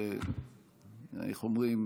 איך אומרים?